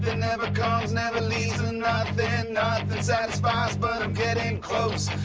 and never comes never leads satisfies but i'm getting close